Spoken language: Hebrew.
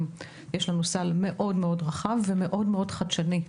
אנחנו רואים שיש לנו סל מאוד רחב ומאוד חדשני.